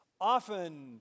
often